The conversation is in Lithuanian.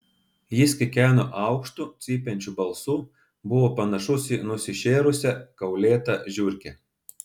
jis kikeno aukštu cypiančiu balsu buvo panašus į nusišėrusią kaulėtą žiurkę